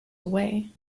away